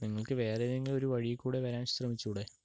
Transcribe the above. നിങ്ങൾക്ക് വേറെ ഏതെങ്കിലും ഒരു വഴിയിൽക്കൂടെ വരാൻ ശ്രമിച്ചുകൂടേ